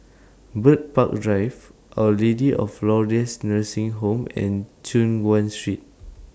Bird Park Drive Our Lady of Lourdes Nursing Home and Choon Guan Street